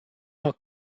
are